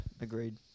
agreed